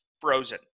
frozen